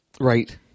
Right